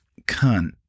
cunt